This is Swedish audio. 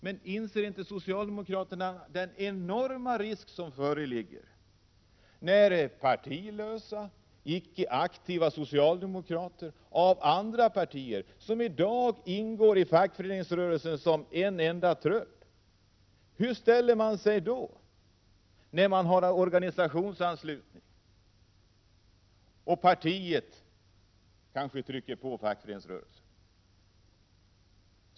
Men inser inte socialdemokraterna den enorma risk som föreligger när partilösa, icke aktiva socialdemokrater, som i dag ingår i fackföreningsrörelsen som en enda trupp, blir påverkade av andra partier? Hur ställer dessa sig då, när det blir organisationsanslutning och partiet kanske trycker på fackföreningsrörelsen?